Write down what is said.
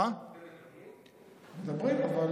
אתם מדברים?